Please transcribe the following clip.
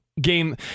game